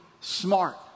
smart